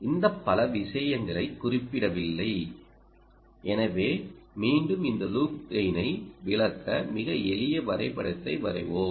எனவே இந்த பல விஷயங்களைக் குறிப்பிடவில்லை எனவே மீண்டும் இந்த லூப் கெய்னை விளக்க மிக எளிய வரைபடத்தை வரைவோம்